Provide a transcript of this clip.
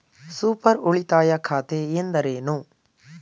Super ಉಳಿತಾಯ ಖಾತೆ ಎಂದರೇನು?